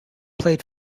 played